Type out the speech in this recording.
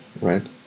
right